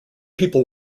people